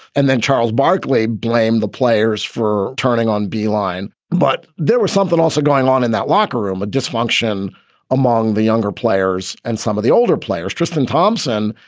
and then charles barkley blamed the players for turning on beeline. but there was something also going on in that locker room, a dysfunction among the younger players and some of the older players. tristan thompson,